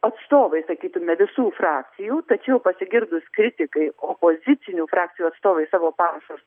atstovai sakytume visų frakcijų tačiau pasigirdus kritikai opozicinių frakcijų atstovai savo pažus